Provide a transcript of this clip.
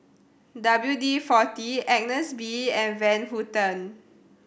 W D Forty Agnes B and Van Houten